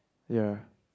ya